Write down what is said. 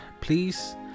Please